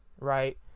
right